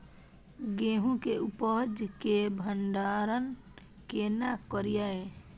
गेहूं के उपज के भंडारन केना करियै?